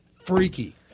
freaky